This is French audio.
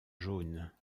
jaunes